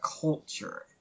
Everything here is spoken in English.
culture